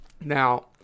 Now